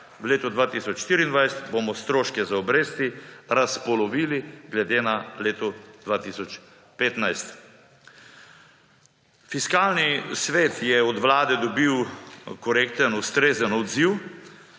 letu 2024 bomo stroške za obresti razpolovili glede na leto 2015. Fiskalni svet je od Vlade dobil korekten, ustrezen odziv.